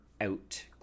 out—